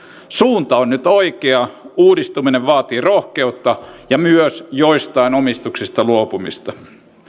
suunta on nyt oikea uudistuminen vaatii rohkeutta ja myös joistain omistuksista luopumista